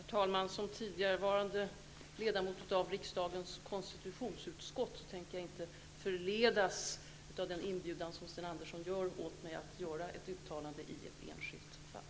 Herr talman! Som tidigarevarande ledamot av riksdagens konstitutionsutskott tänker jag inte förledas av den inbjudan som Sten Andersson i Malmö ger mig att göra ett uttalande i ett enskilt fall.